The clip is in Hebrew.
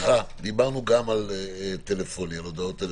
דיברנו גם על הודעות טלפוניות.